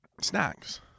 Snacks